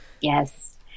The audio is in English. Yes